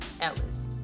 Ellis